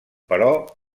però